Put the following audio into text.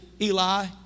Eli